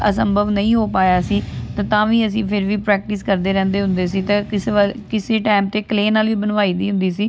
ਅਸੰਭਵ ਨਹੀਂ ਹੋ ਪਾਇਆ ਸੀ ਅਤੇ ਤਾਂ ਵੀ ਅਸੀਂ ਫਿਰ ਵੀ ਪ੍ਰੈਕਟਿਸ ਕਰਦੇ ਰਹਿੰਦੇ ਹੁੰਦੇ ਸੀ ਅਤੇ ਕਿਸੇ ਵੇ ਕਿਸੀ ਟਾਈਮ 'ਤੇ ਕਲੇ ਨਾਲ ਵੀ ਬਣਵਾਈ ਦੀ ਹੁੰਦੀ ਸੀ